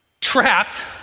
trapped